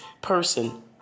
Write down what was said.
person